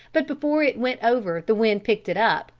but before it went over the wind picked it up,